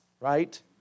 right